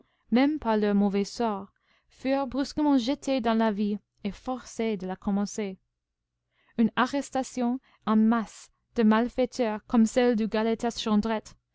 même par leur mauvais sort furent brusquement jetés dans la vie et forcés de la commencer une arrestation en masse de malfaiteurs comme celle du galetas